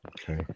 Okay